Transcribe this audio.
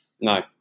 no